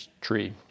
tree